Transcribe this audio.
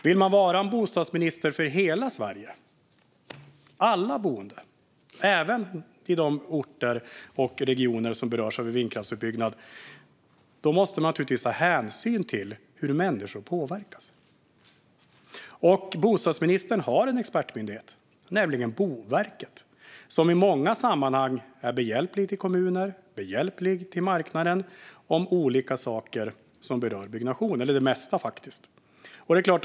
Vill man vara en bostadsminister för hela Sverige, för alla boende, även i de orter och regioner som berörs av vindkraftsutbyggnad, måste man ta hänsyn till hur människor påverkas. Bostadsministern har också en expertmyndighet. Det är Boverket, som i många sammanhang är kommuner och marknaden behjälplig om olika saker som rör byggnation, faktiskt det mesta.